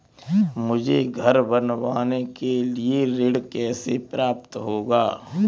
मुझे घर बनवाने के लिए ऋण कैसे प्राप्त होगा?